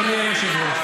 אדוני היושב-ראש.